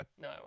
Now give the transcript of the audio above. No